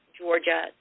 Georgia